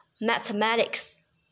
mathematics